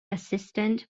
assistant